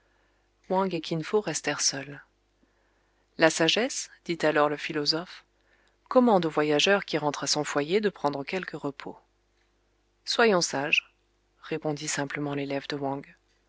wang et kin fo restèrent seuls la sagesse dit alors le philosophe commande au voyageur qui rentre à son foyer de prendre quelque repos soyons sages répondit simplement l'élève de wang